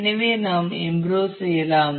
எனவே நாம் இம்புரூவ் செய்யலாம்